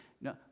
No